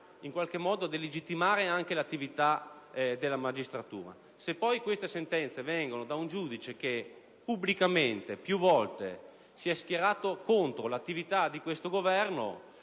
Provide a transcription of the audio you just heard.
e che delegittimi l'attività della magistratura. Se poi queste sentenze provengono da un giudice che, pubblicamente, più volte, si è schierato contro l'attività di questo Governo,